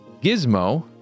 Gizmo